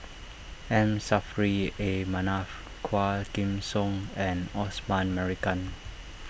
M Saffri A Manaf Quah Kim Song and Osman Merican